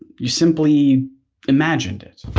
you simply imagined it.